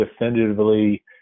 definitively